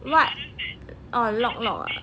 what orh lok lok